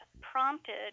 prompted